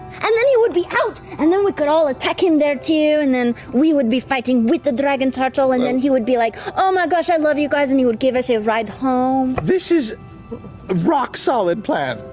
and then he would be out, and then we could all attack him there too, and then we would be fighting with the dragon turtle, and then he would be like, oh my gosh, i love you guys, and he would give us a ride home. sam this is a rock-solid plan.